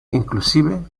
inclusive